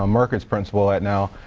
ah merck is principal at now.